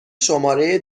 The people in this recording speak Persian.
شماره